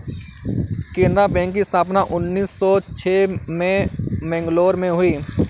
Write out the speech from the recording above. Canara bank की स्थापना उन्नीस सौ छह में मैंगलोर में हुई